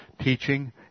teaching